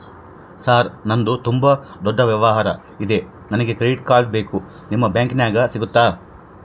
Sir ನಂದು ತುಂಬಾ ದೊಡ್ಡ ವ್ಯವಹಾರ ಇದೆ ನನಗೆ ಕ್ರೆಡಿಟ್ ಕಾರ್ಡ್ ಬೇಕು ನಿಮ್ಮ ಬ್ಯಾಂಕಿನ್ಯಾಗ ಸಿಗುತ್ತಾ?